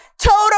Total